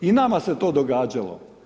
I nama se to događalo.